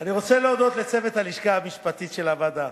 אני רוצה להודות לצוות הלשכה המשפטית של הוועדה,